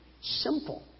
simple